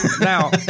Now